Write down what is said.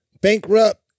bankrupt